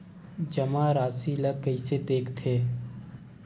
जमा राशि ला कइसे देखथे?